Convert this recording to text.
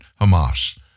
Hamas